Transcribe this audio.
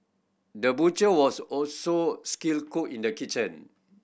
the butcher was also skilled cook in the kitchen